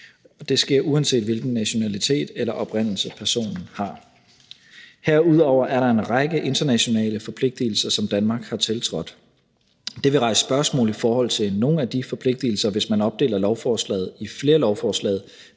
Det sker, uanset hvilken nationalitet eller oprindelse personen har. Herudover er der en række internationale forpligtelser, som Danmark har tiltrådt. Det vil rejse spørgsmål i forhold til nogle af de forpligtelser, hvis man opdeler lovforslaget i flere lovforslag,